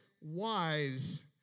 wise